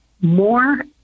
more